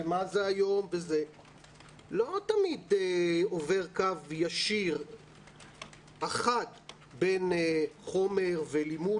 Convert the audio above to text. לא תמיד עובר קו ישיר אחת בין חומר ולימוד,